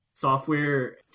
Software